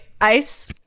Ice